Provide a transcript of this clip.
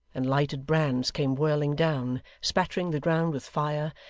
and lighted brands came whirling down, spattering the ground with fire,